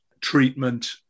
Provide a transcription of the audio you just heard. treatment